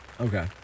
Okay